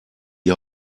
die